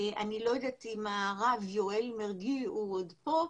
אני לא יודעת אם הרב יואל מרגי הוא עוד פה.